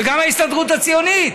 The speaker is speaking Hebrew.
וגם ההסתדרות הציונית,